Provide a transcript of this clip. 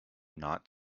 not